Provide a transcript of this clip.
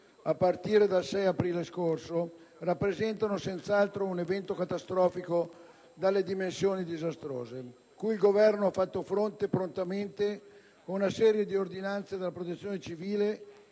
a partire dal 6 aprile scorso, rappresentano senz'altro un evento catastrofico dalle dimensioni disastrose, cui il Governo ha fatto fronte prontamente con una serie di ordinanze della protezione civile